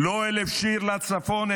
לא אלף שיר לצפון,